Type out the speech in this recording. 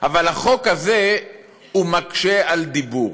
אבל החוק הזה מקשה את הדיבור.